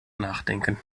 nachdenken